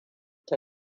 ta